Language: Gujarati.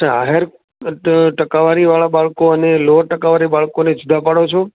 ટા આહેર બટ ટકાવારી વાળા બાળકો અને નેવું ટકા વાળા બાળકોને જુદા પાડો છો